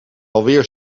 alweer